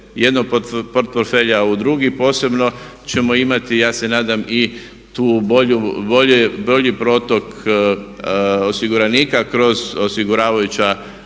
jednog portfelja u drugi. Posebno ćemo imati ja se nadam i taj bolji protok osiguranika kroz obvezne